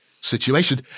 situation